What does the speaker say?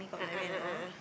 a'ah a'ah a'ah